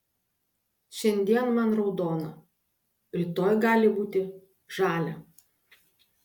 šiandien man raudona rytoj gali būti žalia